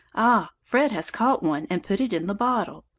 ah! fred has caught one and put it in the bottle.